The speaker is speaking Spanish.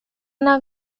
una